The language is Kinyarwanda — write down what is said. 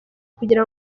kugira